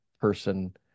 person